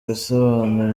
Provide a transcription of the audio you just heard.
gusobanura